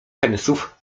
pensów